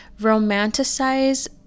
romanticize